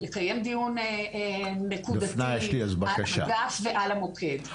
ולקיים דיון נקודתי על האגף ועל המוקד.